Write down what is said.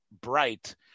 bright –